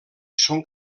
són